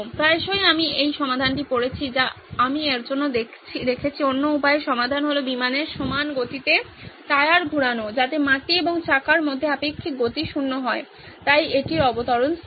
প্রায়শই আমি এই সমাধানটি পড়েছি যা আমি এর জন্য দেখেছি অন্য উপায়ে সমাধান হল বিমানের সমান গতিতে টায়ার ঘুরানো যাতে মাটি এবং চাকার মধ্যে আপেক্ষিক গতি শূন্য হয় তাই এটির অবতরণ স্থির